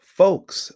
folks